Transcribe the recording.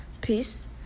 peace